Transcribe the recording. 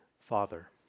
Father